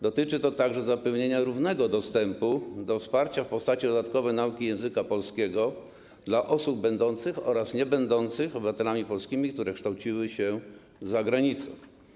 Dotyczy to także zapewnienia równego dostępu do wsparcia w postaci dodatkowej nauki języka polskiego dla osób będących oraz niebędących obywatelami polskimi, które kształciły się za granicą.